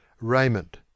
raiment